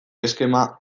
eskema